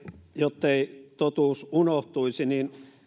jottei totuus unohtuisi niin